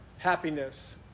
happiness